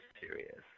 Serious